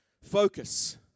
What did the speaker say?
Focus